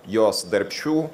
jos darbščių